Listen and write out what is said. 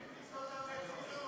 הכניס אותם לצינון.